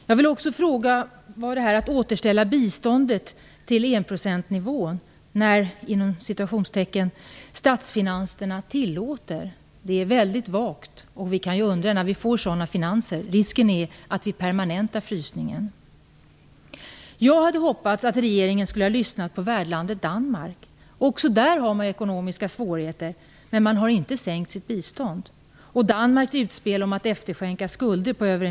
Jag vill också fråga vad det innebär att återställa biståndet till enprocentsnivån när "statsfinanserna tillåter". Det är mycket vagt. Vi kan undra när vi får sådana finanser. Risken är att vi permanentar frysningen. Jag hade hoppats att regeringen skulle ha lyssnat på värdlandet Danmark. Även där har man ekonomiska svårigheter, men man har inte sänkt sitt bistånd.